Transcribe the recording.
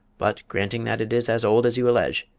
but, granting that it is as old as you allege,